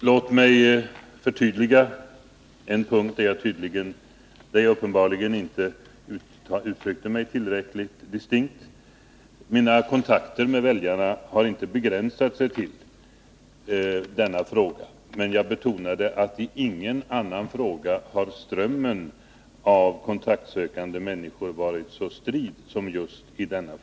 Fru talman! Låt mig göra ett förtydligande på en punkt, där jag uppenbarligen inte uttryckte mig tillräckligt distinkt. Mina kontakter med väljarna har inte begränsat sig till att gälla enbart denna fråga. Jag betonade att i ingen annan fråga har strömmen av kontaktsökande människor varit så strid som i just denna.